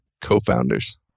co-founders